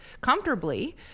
comfortably